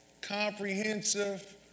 Comprehensive